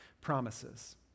promises